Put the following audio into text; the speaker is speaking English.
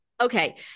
Okay